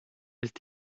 ist